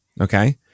okay